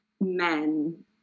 men